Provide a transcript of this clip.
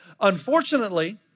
Unfortunately